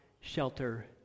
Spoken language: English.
shelter